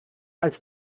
als